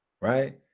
right